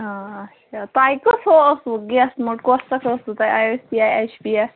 آ اَچھا تۄہہِ کُس اوسوٕ گیس مٔٹ کۄس اَکھ ٲسوٕ تۄہہِ آی سی یا ایچ پی یا